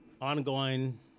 ongoing